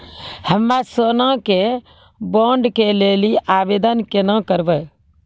हम्मे सोना के बॉन्ड के लेली आवेदन केना करबै?